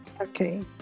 Okay